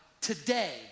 today